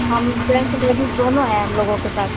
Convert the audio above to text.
हम gents ladies दोनों हैं हम लोगों के साथ